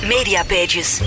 Mediapages